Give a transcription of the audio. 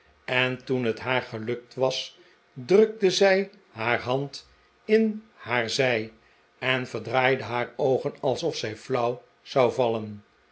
en toen het haar gelukt was drukte zij haar hand in haar zij en verdraaide haar oogen alsof zij flauw zou vallen